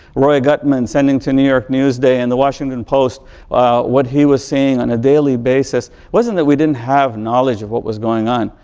roy gottman sending to new york news day and the washington post what he was seeing on a daily basis. wasn't that we didn't have knowledge of what was going on,